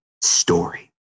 story